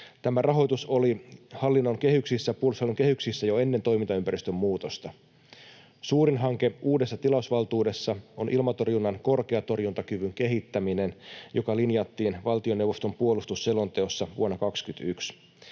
Tämä rahoitus oli hallinnon kehyksissä, Puolustusvoimien kehyksissä, jo ennen toimintaympäristön muutosta. Suurin hanke uudessa tilausvaltuudessa on ilmatorjunnan korkeatorjuntakyvyn kehittäminen, joka linjattiin valtioneuvoston puolustusselonteossa vuonna 21.